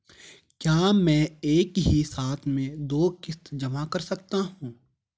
क्या मैं एक ही साथ में दो किश्त जमा कर सकता हूँ?